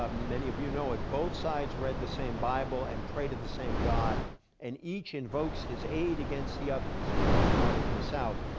ah many of you know it. both sides read the same bible and pray to the same god and each invokes his aid against the other. he's speaking of the north and the south.